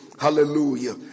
hallelujah